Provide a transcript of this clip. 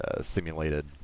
simulated